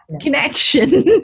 connection